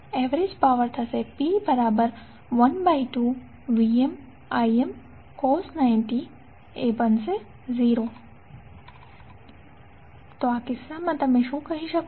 average power P P12VmImcos 90 0 તો આ કિસ્સામાં તમે શું કહી શકો